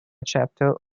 chapter